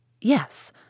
Yes